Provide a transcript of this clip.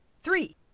Three